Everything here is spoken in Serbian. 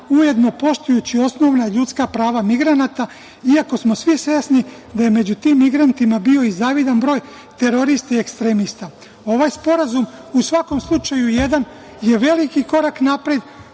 ujedno poštujući osnovna ljudska prava migranata iako smo svi svesni da je među tim migrantima bio i zavidan broj terorista i ekstremista. Ovaj sporazum u svakom slučaju je jedan veliki korak napred